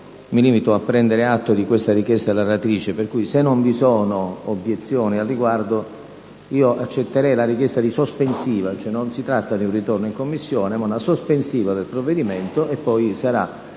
mi limito a prendere atto di questa richiesta della relatrice. Se non vi sono obiezioni al riguardo, io accetterei la richiesta di sospensiva (perché non si tratta di un ritorno in Commissione, ma di una sospensiva del provvedimento); poi,